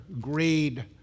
greed